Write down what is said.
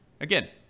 again